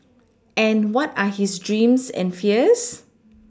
and what are his dreams and fears